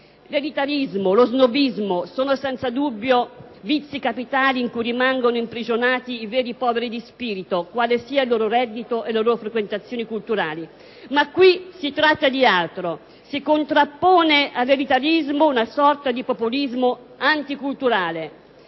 L'elitarismo, lo snobismo, sono senza dubbio vizi capitali in cui rimangono imprigionati i veri poveri di spirito, quali siano il loro reddito e le loro frequentazioni culturali. Ma qui si tratta di altro: si contrappone all'elitarismo una sorta di populismo anticulturale.